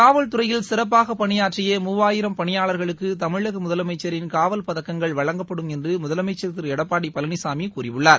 காவல்துறையில் சிறப்பாக பணியாற்றிய மூவாயிரம் பணியாளா்களுக்கு தமிழக முதலமைச்சின் காவல் பதக்கங்கள் வழங்கப்படும் என்று முதலமைச்ச் திரு எடப்பாடி பழனிசாமி கூறியுள்ளார்